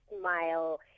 smile